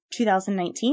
2019